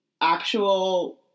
actual